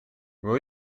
will